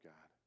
God